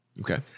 Okay